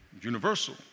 universal